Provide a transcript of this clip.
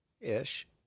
Ish